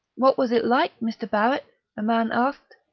what was it like, mr. barrett? a man asked.